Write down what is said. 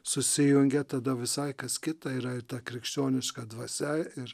susijungia tada visai kas kita yra ir ta krikščioniška dvasia ir